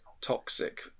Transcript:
toxic